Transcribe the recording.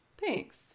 Thanks